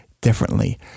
differently